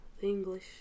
English